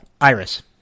iris